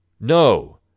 No